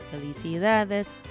felicidades